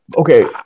Okay